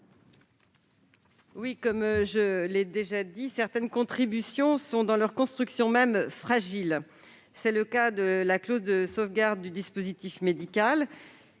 rapporteure générale. Certaines contributions sont, de par leur construction même, fragiles. C'est le cas de la clause de sauvegarde du dispositif médical.